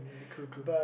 true true